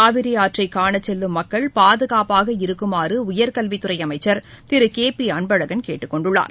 காவிரி ஆற்றை காண செல்லும் மக்கள் பாதுகாப்பாக இருக்குமாறு உயர்கல்வித்துறை அமைச்சர் திரு கே பி அன்பழகன் கேட்டுக்கொண்டுள்ளார்